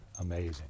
amazing